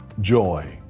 joy